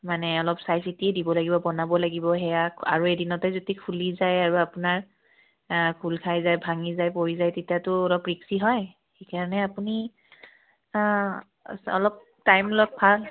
মানে অলপ চাইচিতিয়ে দিব লাগিব বনাব লাগিব সেয়া আৰু এদিনতে যদি খুলি যায় আৰু আপোনাৰ খুল খাই যায় ভাঙি যায় পৰি যায় তেতিয়াতো অলপ ৰিক্সি হয় সেইকাৰণে আপুনি অলপ টাইম অলপ ভাল